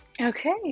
Okay